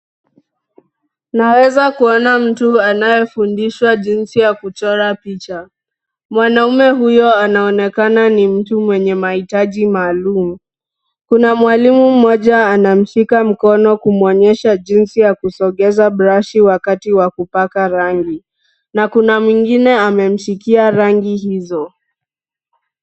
Naweza kuona mtu anayefundishwa jinsi ya kuchora picha. Mwanaume huyo anaonekana ni mtu mwenye mahitaji maalum. Kuna mwalimu mmoja anamshika mkono kumwonesha jinsi ya kusongeza brashi wakati wa kupaka rangi. Na kuna mwingine amemshikia rangi hizo.